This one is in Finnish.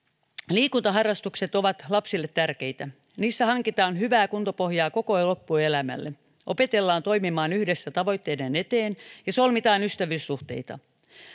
liikuntaharrastukset ovat lapsille tärkeitä niissä hankitaan hyvää kuntopohjaa koko loppuelämälle opetellaan toimimaan yhdessä tavoitteiden eteen ja solmitaan ystävyyssuhteita